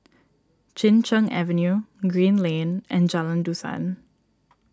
Chin Cheng Avenue Green Lane and Jalan Dusan